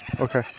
Okay